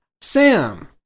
Sam